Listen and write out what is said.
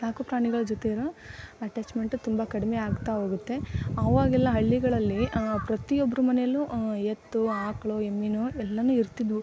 ಸಾಕು ಪ್ರಾಣಿಗಳ ಜೊತೆ ಇರೋ ಅಟ್ಯಾಚ್ಮೆಂಟ್ ತುಂಬ ಕಡಿಮೆ ಆಗ್ತಾ ಹೋಗುತ್ತೆ ಆವಾಗೆಲ್ಲ ಹಳ್ಳಿಗಳಲ್ಲಿ ಪ್ರತಿಯೊಬ್ಬರ ಮನೇಲು ಎತ್ತು ಆಕಳು ಎಮ್ಮಿನೂ ಎಲ್ಲಾ ಇರ್ತಿದ್ದವು